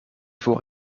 voor